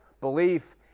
belief